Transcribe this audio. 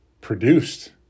produced